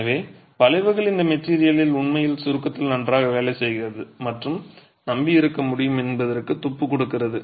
எனவே வளைவுகள் இந்த மெட்டிரியல் உண்மையில் சுருக்கத்தில் நன்றாக வேலை செய்கிறது மற்றும் நம்பியிருக்க முடியும் என்பதற்கு துப்பு கொடுக்கிறது